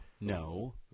no